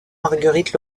marguerite